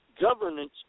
governance